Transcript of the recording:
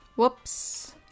Whoops